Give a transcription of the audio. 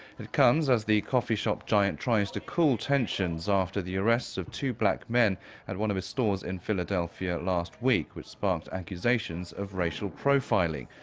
it comes as the coffee shop giant tries to cool tensions after the arrests of two black men at one of its stores in philadelphia last week, which sparked accusations of racial profiling.